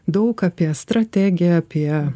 daug apie strategiją apie